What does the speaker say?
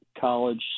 college